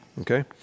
Okay